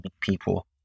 people